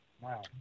Wow